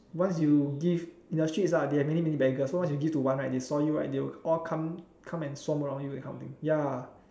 once you give in the streets there are many many beggars once you give to one right they saw you right they will all come come and swarm around you that kind of thing ya